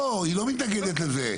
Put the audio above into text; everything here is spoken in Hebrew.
לא היא לא מתנגדת לזה.